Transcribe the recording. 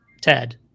Ted